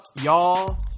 y'all